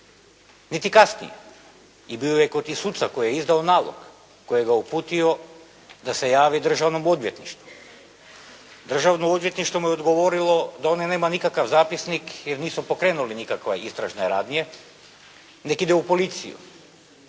niti kasnije. I bio je kod suca koji je izdao nalog, koji ga je uputio da se javi državnom odvjetništvu. Državno odvjetništvo mu je odgovorilo da ovdje nema nikakav zapisnik, jer nisu pokrenuli nikakve istražne radnje, neka ide u policiju.